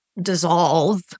dissolve